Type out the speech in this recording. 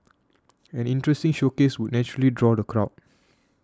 an interesting showcase would naturally draw the crowd